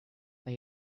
they